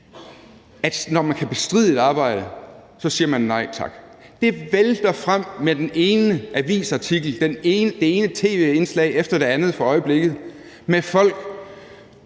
at når man kan bestride et arbejde, så siger man nej tak. Det vælter frem med den ene avisartikel efter den anden og det ene tv-indslag efter det andet for øjeblikket med folk,